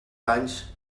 anys